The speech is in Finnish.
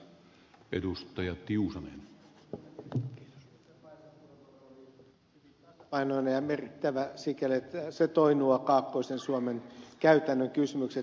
paajasen puheenvuoro oli hyvin tasapainoinen ja merkittävä sikäli että se toi nuo kaakkoisen suomen käytännön kysymykset myös esiin